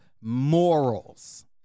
morals